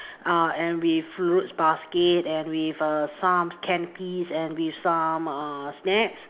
uh and with fruits basket and with err some canapes and with some err snacks